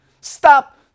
Stop